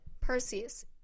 perseus